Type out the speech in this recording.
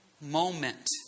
moment